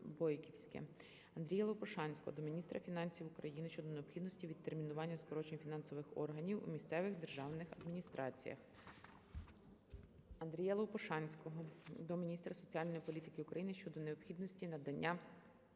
Андрія Лопушанського до міністра фінансів України щодо необхідності відтермінування скорочень фінансових органів у місцевих державних адміністраціях. Андрія Лопушанського до міністра соціальної політики України щодо необхідності надання